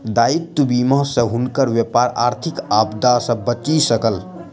दायित्व बीमा सॅ हुनकर व्यापार आर्थिक आपदा सॅ बचि सकल